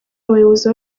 abayobozi